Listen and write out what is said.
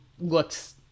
looks